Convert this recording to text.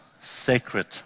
sacred